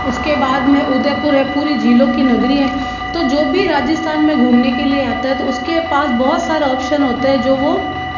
उसके बाद में उदयपुर है पूरी झीलों की नगरी है तो जो भी राजस्थान में घूमने के लिए आता है तो उसके पास बहुत सारा ऑप्शन होते हैं जो वो